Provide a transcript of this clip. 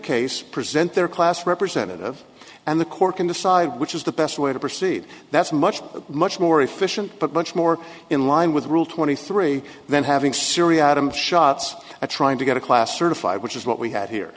case present their class representative and the court can decide which is the the way to proceed that's much much more efficient but much more in line with rule twenty three then having syria out i'm shots trying to get a class certified which is what we had here